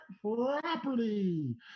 property